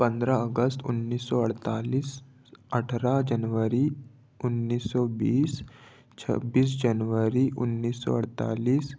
पंद्रह अगस्त उन्नीस सौ अड़तालिस अठारह जनवरी उन्नीस सौ बीस छब्बीस जनवरी उन्नीस सौ अड़तालिस